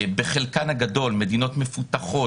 בחלקן הגדול מדינות מפותחות,